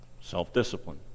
self-discipline